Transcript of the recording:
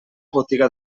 botiga